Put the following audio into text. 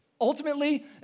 Ultimately